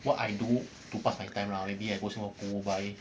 what I do to past my time lah maybe I go singapore pools buy